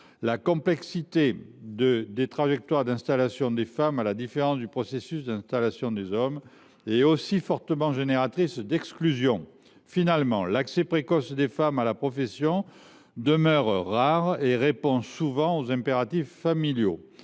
La complexité des trajectoires d’installation des femmes, à la différence des processus d’installation des hommes, est aussi fortement génératrice d’exclusion. Finalement, l’accès précoce des femmes à la profession demeure rare et répond souvent à des impératifs familiaux,